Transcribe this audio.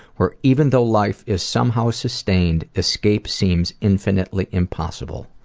where even though life is somehow sustained, escape seems infinitely impossible.